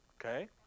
Okay